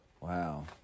Wow